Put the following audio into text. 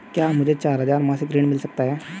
क्या मुझे चार हजार मासिक ऋण मिल सकता है?